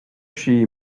she